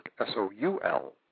S-O-U-L